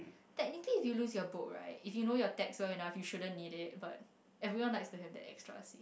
technically if you loose your book right if you now your text well enough you shouldn't need it but everyone likes to have that extra safe